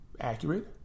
accurate